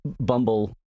bumble